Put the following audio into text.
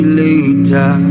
later